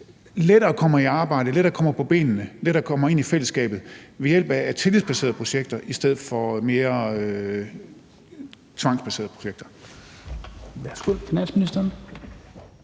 lettere kommer i arbejde, lettere kommer på benene og lettere kommer ind i fællesskabet ved hjælp af tillidsbaserede projekter i stedet for mere tvangsbaserede projekter?